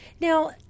Now